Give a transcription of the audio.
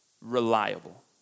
Reliable